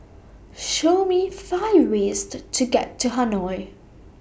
Show Me five ways to to get to Hanoi